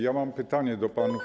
Ja mam pytanie do obu panów.